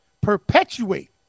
Perpetuate